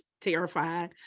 terrified